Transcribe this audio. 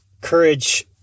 courage